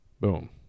Boom